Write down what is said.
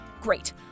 Great